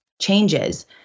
changes